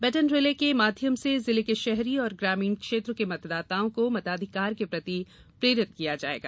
batten relay के माध्यम से जिले के शहरी और ग्रामीण क्षेत्र के मतदाताओं को मताधिकार के प्रति प्रेरित किया जायेगा